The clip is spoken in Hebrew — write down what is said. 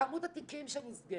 כמות תיקים שנסגרים,